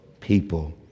people